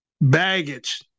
baggage